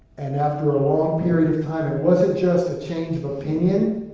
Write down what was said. and after a long period of time, it wasn't just a change of opinion,